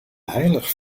heilig